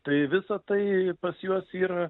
tai visa tai pas juos yra